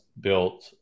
built